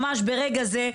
ממש ברגע הזה,